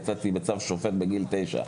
יצאתי מהבית בצו שופט בגיל תשע.